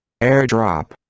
Airdrop